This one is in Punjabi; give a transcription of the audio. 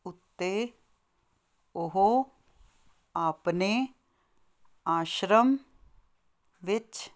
ਉੱਤੇ ਉਹ ਆਪਣੇ ਆਸ਼ਰਮ ਵਿੱਚ